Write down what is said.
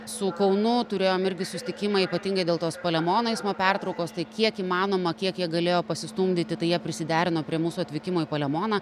su kaunu turėjom irgi susitikimą ypatingai dėl tos palemono eismo pertraukos tai kiek įmanoma kiek jie galėjo pasistumdyti tai jie prisiderino prie mūsų atvykimo į palemoną